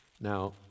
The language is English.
Now